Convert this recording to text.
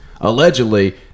allegedly